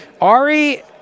Ari